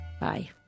Bye